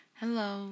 hello